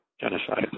genocide